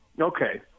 Okay